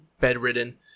bedridden